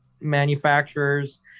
manufacturers